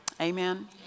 Amen